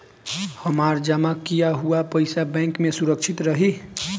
हमार जमा किया हुआ पईसा बैंक में सुरक्षित रहीं?